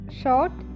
short